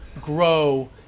grow